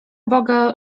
boga